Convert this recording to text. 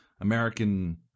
American